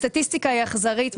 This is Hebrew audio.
הסטטיסטיקה היא אכזרית.